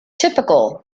typical